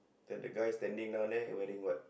then the guy standing down there wearing what